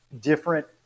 different